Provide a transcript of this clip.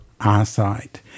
eyesight